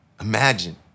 Imagine